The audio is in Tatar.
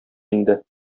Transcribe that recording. инде